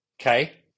Okay